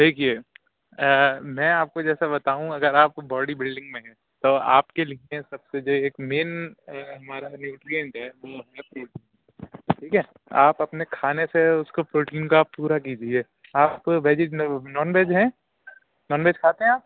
دیکھیے میں آپ کو جیسا بتاؤں اگر آپ باڈی بلڈنگ میں ہیں تو آپ کے لیے سب سے جو ایک مین ہمارا نیوٹریئینٹ ہے وہ ہے پروٹین ٹھیک ہے آپ اپنے کھانے سے اس کو پروٹین کا پورا کیجیے آپ ویجی نان ویج ہیں نان ویج کھاتے ہیں آپ